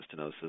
stenosis